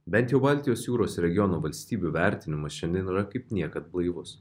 bent jau baltijos jūros regiono valstybių vertinimas šiandien yra kaip niekad blaivus